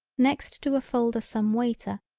next to a folder some waiter,